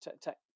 tech